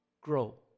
grow